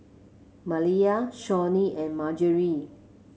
Maliyah Shawnee and Margery